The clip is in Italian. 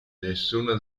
nessuna